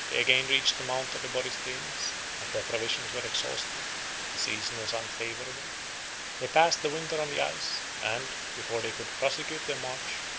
they again reached the mouth of the borysthenes but their provisions were exhausted the season was unfavorable they passed the winter on the ice and, before they could prosecute their march,